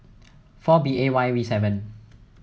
four B A Y V seven